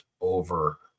over